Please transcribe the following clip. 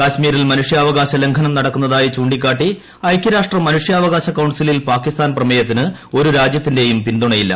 കശ്മീരിൽ മനുഷ്യാവകാശലംഘനം നടക്കുന്നതായി ചൂണ്ടിക്കാട്ടി ഐക്യരാഷ്ട്ര മനുഷ്യാവകാശ കൌൺസിലിൽ പാകിസ്ഥാൻ പ്രമേയത്തിന് ഒരു രാജ്യത്തിന്റെയും പിന്തുണയില്ല